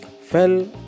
Fell